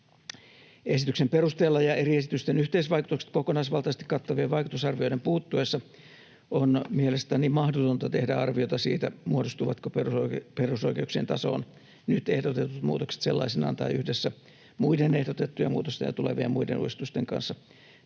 Esityksen perusteella ja eri esitysten yhteisvaikutukset kokonaisvaltaisesti kattavien vaikutusarvioiden puuttuessa on mielestäni mahdotonta tehdä arviota siitä, muodostuvatko perusoikeuksien tasoon nyt ehdotetut muutokset sellaisinaan tai yhdessä muiden ehdotettujen muutosten ja tulevien muiden uudistusten kanssa